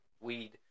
weed